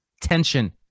tension